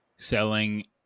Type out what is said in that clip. selling